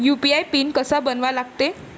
UPI pin कसा बनवा लागते?